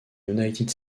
united